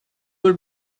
will